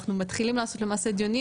אנחנו מתחילים לעשות למעשה דיונים,